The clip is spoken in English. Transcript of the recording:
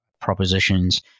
propositions